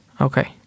Okay